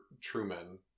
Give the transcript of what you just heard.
Truman